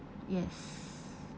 yes